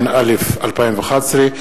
התשע"א 2011,